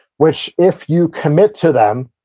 which, if you commit to them,